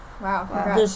Wow